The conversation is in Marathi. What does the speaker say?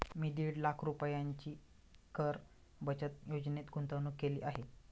मी दीड लाख रुपयांची कर बचत योजनेत गुंतवणूक केली आहे